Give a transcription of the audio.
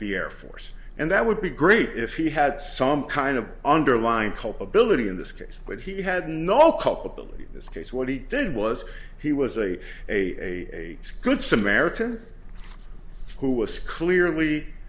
the air force and that would be great if he had some kind of underlying culpability in this case but he had no culpability in this case what he did was he was a a good samaritan who was clearly